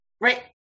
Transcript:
right